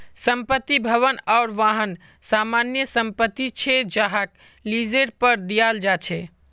संपत्ति, भवन आर वाहन सामान्य संपत्ति छे जहाक लीजेर पर दियाल जा छे